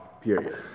period